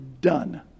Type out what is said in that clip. done